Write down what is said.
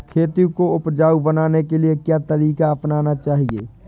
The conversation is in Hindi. खेती को उपजाऊ बनाने के लिए क्या तरीका अपनाना चाहिए?